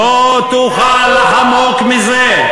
לא תוכל לחמוק מזה.